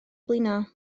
blino